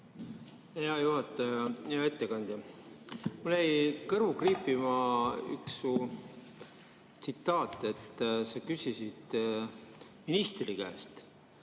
Hea juhataja! Hea ettekandja! Mul jäi kõrvu kriipima üks su tsitaat. Sa küsisid ministri käest,